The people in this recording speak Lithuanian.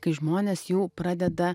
kai žmonės jau pradeda